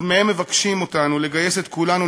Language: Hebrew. אבל דמיהם מבקשים אותנו לגייס את כולנו